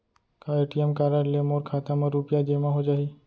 का ATM card ले मोर खाता म रुपिया जेमा हो जाही?